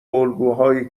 الگوهای